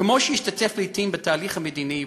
כמי שהשתתף לעתים בתהליך המדיני,